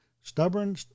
Stubborn